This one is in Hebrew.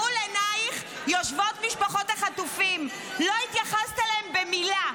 מול עינייך יושבות משפחות החטופים לא התייחסת אליהן במילה.